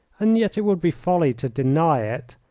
and yet it would be folly to deny it,